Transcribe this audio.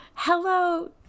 Hello